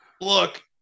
Look